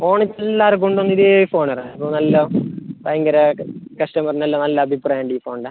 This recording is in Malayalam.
ഫോണ് എല്ലാവർക്കും ഉണ്ട് ഇതേ ഫോണ് നല്ല ഭയങ്കര കസ്റ്റമറിനെല്ലാം നല്ല അഭിപ്രായം ഉണ്ട് ഈ ഫോണിന്